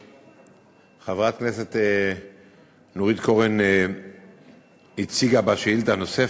חברת הכנסת נורית קורן הציגה בשאילתה הנוספת,